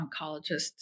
oncologists